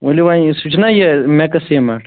ؤلِو وۅنۍ یُس یہِ چھُنا یہِ میٚکٕس سیٖمینٛٹ